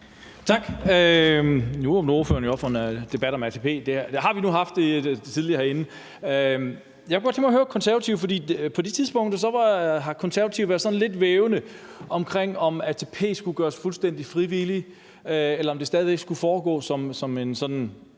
Tak. Nu åbner ordføreren jo op for en debat om ATP. Det har vi nu haft tidligere herinde. De Konservative har jo på nogle tidspunkter været lidt vævende om, om ATP skulle gøres fuldstændig frivilligt, eller om det stadig væk skal foregå som sådan